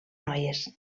noies